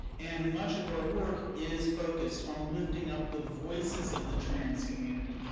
and much of our work is focused on lifting up the voices of the trans community,